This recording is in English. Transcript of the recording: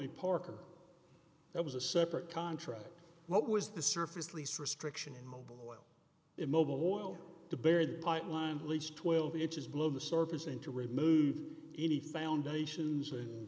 we parker that was a separate contract what was the surface lease restriction in mobile in mobile oil to bury the pipeline least twelve inches below the surface and to remove any foundations a